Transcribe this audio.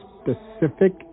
specific